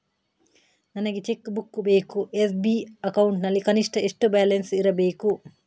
ನನಗೆ cheque book ಬೇಕು SB account ನಲ್ಲಿ ಕನಿಷ್ಠ ಎಷ್ಟು ಬ್ಯಾಲೆನ್ಸ್ ಇರಬೇಕು?